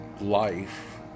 life